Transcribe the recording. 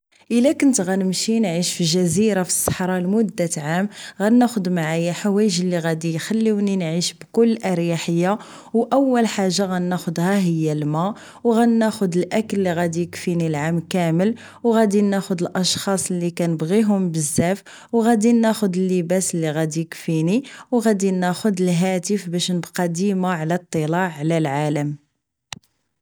الا كنت غنمشي نعيش فجزيرة فالصحرى لمدة عام غناخد معايا الحوايج اللي غيخليوني نعيش بكل اريحية و اول حاجة غناخدها هي الما غناخد الاكل اللي غادي يكفيني العام كامل و غادي ناخد الاشخاص اللي كنيغيهم بزاف و غادي ناخد اللباس اللي غادي يكفيني و غادي ناخد الهاتف باش نبقى ديما على اطلاع على العالم